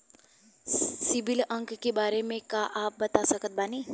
CIBIL अंक के बारे मे का आप बता सकत बानी?